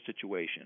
situation